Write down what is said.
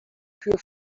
für